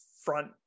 front